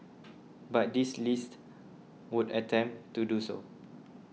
but this list would attempt to do so